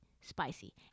spicy